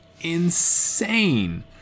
insane